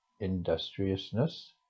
industriousness